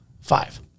five